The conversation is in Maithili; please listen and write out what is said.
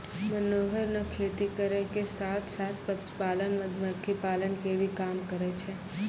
मनोहर नॅ खेती करै के साथॅ साथॅ, पशुपालन, मधुमक्खी पालन के भी काम करै छै